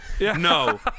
No